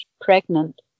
pregnant